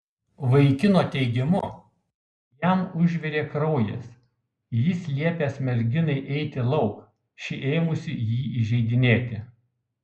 vaikino teigimu jam užvirė kraujas jis liepęs merginai eiti lauk ši ėmusi jį įžeidinėti